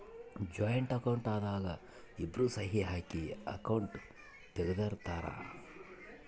joint account ದಾಗ ಇಬ್ರು ಸಹಿ ಹಾಕಿ ಅಕೌಂಟ್ ತೆಗ್ದಿರ್ತರ್